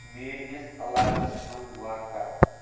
میٛٲنِس علاقس منٛز واقعہٕ